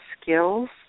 skills